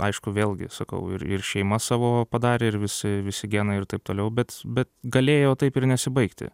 aišku vėlgi sakau ir ir šeima savo padarė ir visi visi genai ir taip toliau bet bet galėjo taip ir nesibaigti